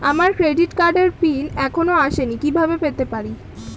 আমার ক্রেডিট কার্ডের পিন এখনো আসেনি কিভাবে পেতে পারি?